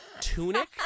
tunic